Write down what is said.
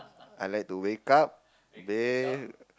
I like to wake up then